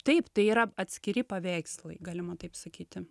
taip tai yra atskiri paveikslai galima taip sakyti